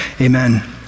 amen